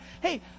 Hey